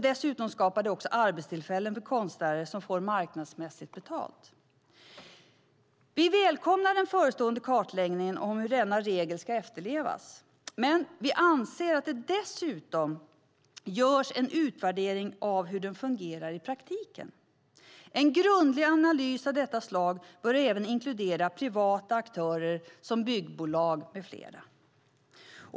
Dessutom skapar den arbetstillfällen för konstnärer som får marknadsmässigt betalt. Vi välkomnar den förestående kartläggningen av hur denna regel efterlevs. Men vi anser att det dessutom ska göras en utvärdering av hur den fungerar i praktiken. En grundlig analys av detta slag bör även inkludera privata aktörer som byggbolag med flera.